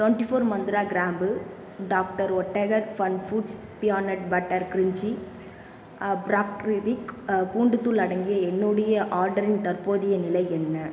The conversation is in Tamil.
டுவென்ட்டி ஃபோர் மந்த்ரா கிராம்பு doctor Oetker fun foods peanut butter crunchy Prakritik பூண்டுத் தூள் அடங்கிய என்னுடைய ஆர்டரின் தற்போதைய நிலை என்ன